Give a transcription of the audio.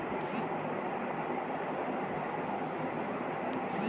bitter গাড় মালে হছে ইক ধরলের পুষ্টিকর সবজি যেটর লাম উছ্যা